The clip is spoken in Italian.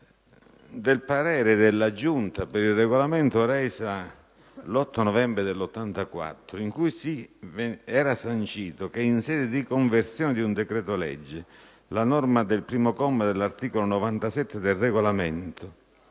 del parere della Giunta per il Regolamento reso l'8 novembre 1984, in cui si sanciva che: «in sede di conversione di un decreto-legge, la norma del primo comma dell'articolo 97 del Regolamento